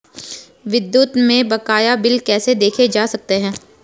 विद्युत के बकाया बिल कैसे देखे जा सकते हैं?